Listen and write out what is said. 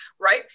right